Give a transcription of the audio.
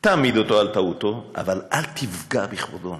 תעמיד אותו על טעותו, אבל אל תפגע בכבודו.